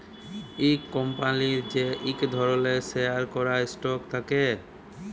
ইক কম্পলির যে ইক ধরলের শেয়ার ক্যরা স্টক থাক্যে